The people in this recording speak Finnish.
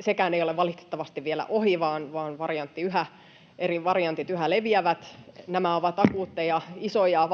sekään ei ole valitettavasti vielä ohi vaan eri variantit yhä leviävät, ovat akuutteja, isoja,